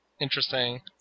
interesting